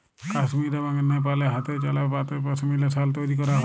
কাশ্মীর এবং লেপালে হাতেচালা তাঁতে পশমিলা সাল তৈরি ক্যরা হ্যয়